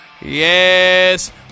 yes